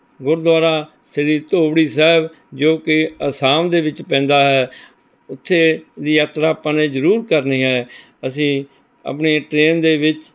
ਗੁਰਦੁਆਰਾ ਸ੍ਰੀ ਧੂਬਰੀ ਸਾਹਿਬ ਜੋ ਕਿ ਅਸਾਮ ਦੇ ਵਿੱਚ ਪੈਂਦਾ ਹੈ ਉੱਥੇ ਦੀ ਯਾਤਰਾ ਆਪਾਂ ਨੇ ਜ਼ਰੂਰ ਕਰਨੀ ਹੈ ਅਸੀਂ ਆਪਣੀ ਟਰੇਨ ਦੇ ਵਿੱਚ